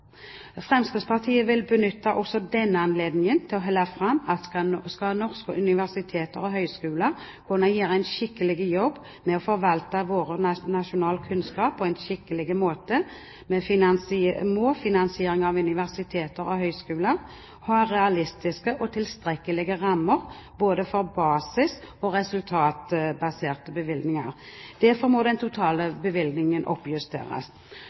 Fremskrittspartiet vil benytte også denne anledningen til å holde fram at skal norske universiteter og høyskoler kunne gjøre en skikkelig jobb med å forvalte vår nasjonale kunnskap på en skikkelig måte, må finansieringen av universiteter og høyskoler ha realistiske og tilstrekkelige rammer både for basisbevilgninger og resultatbaserte bevilgninger. Derfor må den totale bevilgningen oppjusteres.